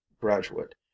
graduate